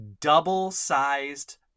double-sized